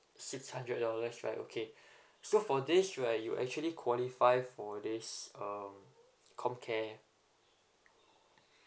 six hundred dollars right okay so for this right you actually qualify for this um comcare